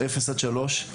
אפס על שלוש,